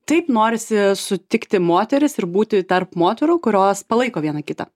taip norisi sutikti moteris ir būti tarp moterų kurios palaiko viena kitą